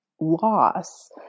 loss